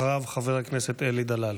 אחריו, חבר הכנסת אלי דלל.